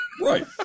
Right